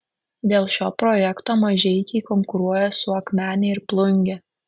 dėl šio projekto mažeikiai konkuruoja su akmene ir plunge